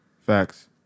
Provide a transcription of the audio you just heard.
Facts